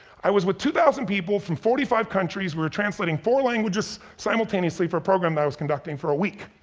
i was with two thousand people from forty five countries, we were translating four languages simultaneously for a program that i was conducting for a week.